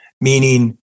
meaning